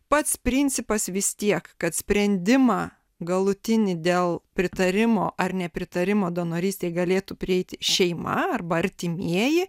pats principas vis tiek kad sprendimą galutinį dėl pritarimo ar nepritarimo donorystei galėtų prieiti šeima arba artimieji